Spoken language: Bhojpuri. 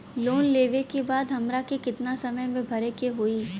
लोन लेवे के बाद हमरा के कितना समय मे भरे के होई?